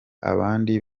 abandi